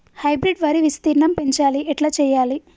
Hybrid వరి విస్తీర్ణం పెంచాలి ఎట్ల చెయ్యాలి?